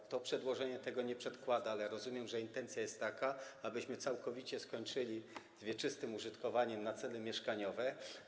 W tym przedłożeniu nic o tym nie ma, ale rozumiem, że intencja jest taka, abyśmy całkowicie skończyli z wieczystym użytkowaniem na cele mieszkaniowe.